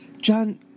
John